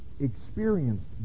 experienced